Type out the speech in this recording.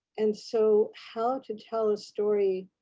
and so how to tell a story